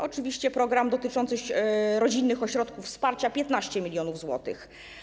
Oczywiście mamy program dotyczący rodzinnych ośrodków wsparcia - 15 mln zł.